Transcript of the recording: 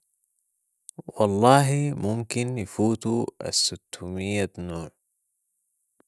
والله ممكن يفوتوا الستميه نوع.